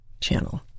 channel